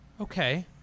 okay